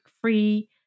free